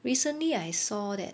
recently I saw that